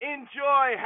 Enjoy